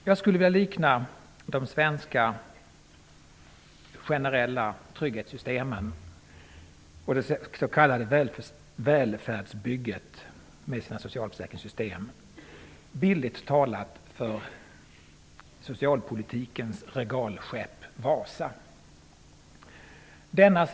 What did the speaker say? Jag skulle bildligt vilja beskriva de svenska generella trygghetssystemen och det s.k. välfärdsbygget med dess socialförsäkringssystem som ett ''socialpolitikens regalskepp Vasa''.